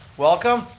welcome.